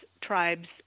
tribes